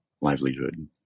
livelihood